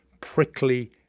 prickly